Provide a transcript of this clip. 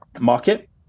market